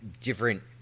different